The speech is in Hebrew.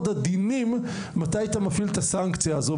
עדינים מתי אתה מפעיל את הסנקציה הזו,